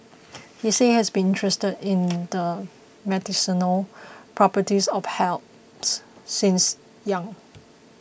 he said he has been interested in the medicinal properties of herbs since young